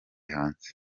hanze